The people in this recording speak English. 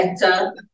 better